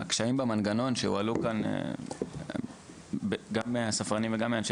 קשיים במנגנון שהועלו כאן גם מהספרנים וגם מאנשי